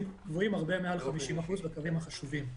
גבוהים הרבה מעל 50% בקווים החשובים.